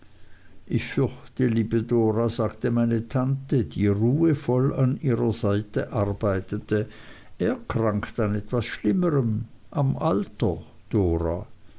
ich fürchte liebe dora sagte meine tante die ruhevoll an ihrer seite arbeitete erkrankt an etwas schlimmerem am alter dora